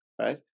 right